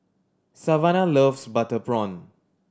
Savannah loves butter prawn